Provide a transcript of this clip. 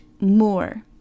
more